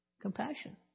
compassion